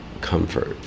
comfort